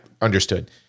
understood